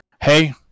Hey